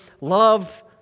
love